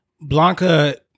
Blanca